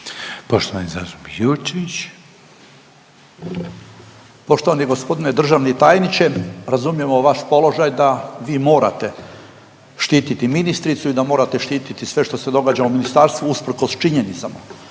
(Nezavisni)** Poštovani gospodine državni tajniče, razumijemo vaš položaj da vi morate štititi ministricu i da morate štititi sve što se događa u ministarstvu usprkos činjenicama.